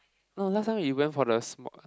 no last time we went for the small